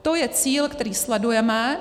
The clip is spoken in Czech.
To je cíl, který sledujeme.